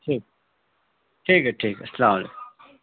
ٹھیک ٹھیک ہے ٹھیک ہے السّلام علیکم